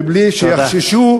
בלי שיחששו,